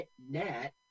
net